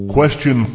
Question